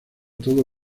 todo